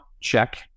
check